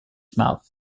mouth